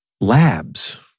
labs